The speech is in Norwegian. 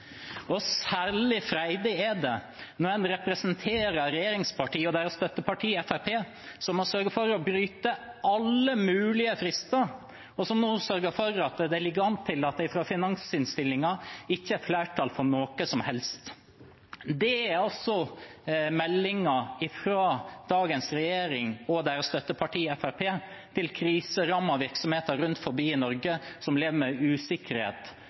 Særlig freidig er det når en representerer regjeringspartiene og deres støtteparti Fremskrittspartiet, som har sørget for å bryte alle mulige frister, og som nå sørger for at det ligger an til at det i finansinnstillingen ikke er flertall for noe som helst. Det er altså meldingen fra dagens regjering og deres støtteparti Fremskrittspartiet til kriserammede virksomheter rundt om i Norge, som lever med usikkerhet